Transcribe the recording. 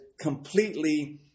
completely